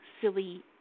silly